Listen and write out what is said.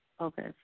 Okay